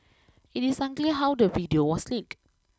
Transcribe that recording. it is unclear how the video was leaked